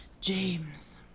James